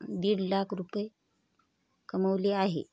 दीड लाख रुपये कमवले आहे